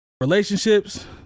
relationships